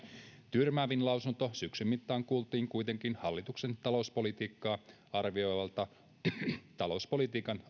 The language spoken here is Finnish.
tyrmäävin lausunto syksyn mittaan kuultiin kuitenkin hallituksen talouspolitiikkaa arvioivalta talouspolitiikan